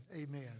amen